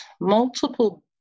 multiple